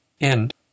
end